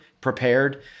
prepared